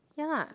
ya lah